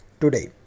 Today